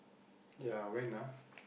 ya when ah